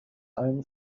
own